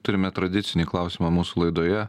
turime tradicinį klausimą mūsų laidoje